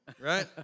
right